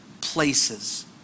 places